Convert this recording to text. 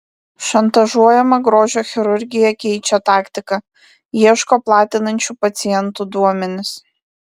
šantažuojama grožio chirurgija keičia taktiką ieško platinančių pacientų duomenis